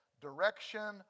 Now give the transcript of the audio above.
direction